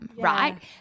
right